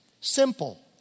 Simple